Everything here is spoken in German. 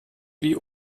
wie